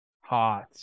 Hot